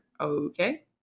okay